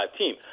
team